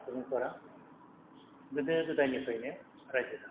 सुबुंफोरा गोदो गोदायनिफ्रायनो राइजो जाबोदों